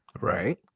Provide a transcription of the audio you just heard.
Right